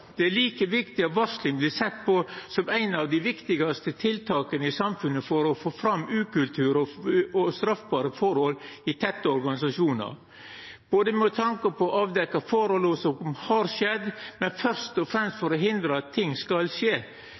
det. Det er like viktig at varsling vert sett på som eit av dei viktigaste tiltaka i samfunnet for å få fram ukultur og straffbare forhold i tette organisasjonar – med tanke på å avdekkja forhold som har skjedd, men først og fremst for å hindra at ting skal skje.